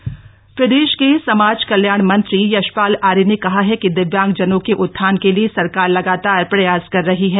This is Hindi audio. विश्व दिव्यांग दिवस प्रदेश के समाज कल्याण मंत्री यशपाल आर्य ने कहा है कि दिव्यांगजनों के उत्थान के लिए सरकार लगातार प्रयास कर रही है